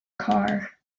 car